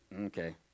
Okay